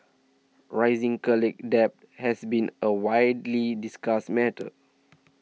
rising college debt has been a widely discussed matter